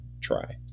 try